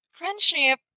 friendship